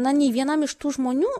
na nei vienam iš tų žmonių